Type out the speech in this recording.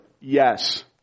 yes